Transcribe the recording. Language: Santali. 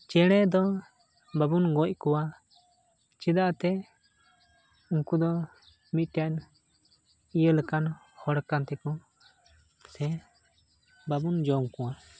ᱪᱮᱬᱮ ᱫᱚ ᱵᱟᱵᱚᱱ ᱜᱚᱡ ᱠᱚᱣᱟ ᱪᱮᱫᱟᱜᱛᱮ ᱩᱱᱠᱩ ᱫᱚ ᱢᱤᱫᱴᱮᱱ ᱤᱭᱟᱹ ᱞᱮᱠᱟᱱ ᱦᱚᱲ ᱠᱟᱱ ᱛᱮᱠᱚ ᱥᱮ ᱵᱟᱵᱚᱱ ᱡᱚᱢ ᱠᱚᱣᱟ